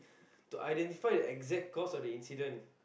to identify the exact cause of the incident